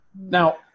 Now